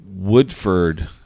Woodford